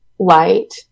Light